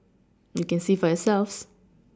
you can see for yourselves